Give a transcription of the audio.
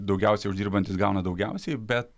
ir daugiausiai uždirbantys gauna daugiausiai bet